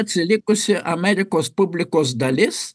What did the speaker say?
atsilikusi amerikos publikos dalis